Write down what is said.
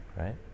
right